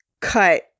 cut